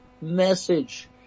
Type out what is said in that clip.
message